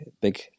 big